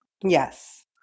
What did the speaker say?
Yes